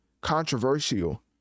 controversial